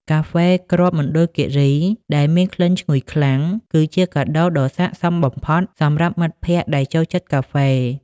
កាហ្វេគ្រាប់មណ្ឌលគិរីដែលមានក្លិនឈ្ងុយខ្លាំង គឺជាកាដូដ៏ស័ក្តិសមបំផុតសម្រាប់មិត្តភក្តិដែលចូលចិត្តកាហ្វេ។